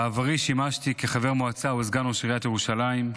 בעברי שימשתי חבר מועצה וסגן ראש עיריית ירושלים.